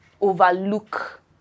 overlook